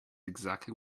exactly